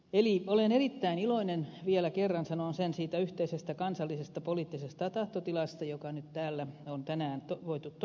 eli olen erittäin iloinen vielä kerran sanon sen siitä yhteisestä kansallisesta poliittisesta tahtotilasta joka nyt täällä on tänään voitu todeta